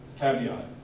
caveat